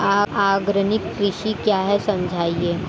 Organic कृषि क्या है समझाइए?